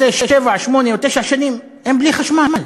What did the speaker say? זה שבע, שמונה, תשע שנים הם בלי חשמל,